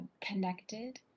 connected